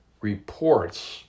reports